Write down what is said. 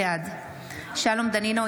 בעד שלום דנינו,